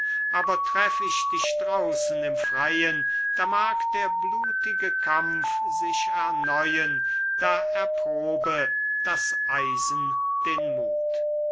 aber treff ich dich draußen im freien da mag der blutige kampf sich erneuen da erprobe das eisen den muth